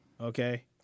Okay